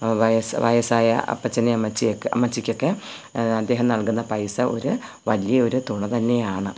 വയസ്സ വയസ്സായ അപ്പച്ചനെയും അമ്മച്ചിയൊക്കെ അമ്മച്ചിക്കൊക്കെ അദ്ദേഹം നൽകുന്ന പൈസ ഒരു വലിയ ഒരു തുക തന്നെയാണ്